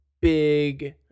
big